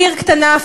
עיר קטנה,